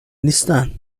نیستن